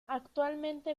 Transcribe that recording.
actualmente